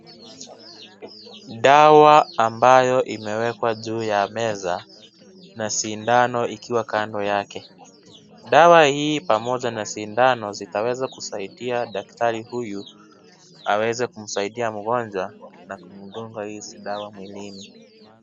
Dawa ambayo imewekwa juu ya meza na sindano ikiwa Kando yake . Dawa hii pamoja na sindano zitaweza kusaidia daktari huyu aweze kumsaidia mgonjwa Kwa kumdungwa hizi dawa mwilini.